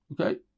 Okay